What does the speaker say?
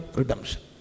redemption